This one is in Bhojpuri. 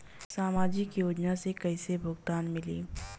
सामाजिक योजना से कइसे भुगतान मिली?